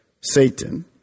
Satan